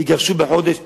יגרשו בחודש 10,000,